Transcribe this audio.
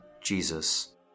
Jesus